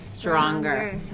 Stronger